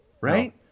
right